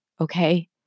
okay